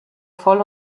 voll